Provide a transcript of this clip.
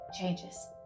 changes